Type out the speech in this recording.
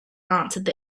answered